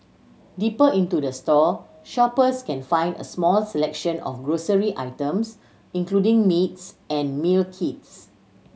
deeper into the store shoppers can find a small selection of grocery items including meats and meal kits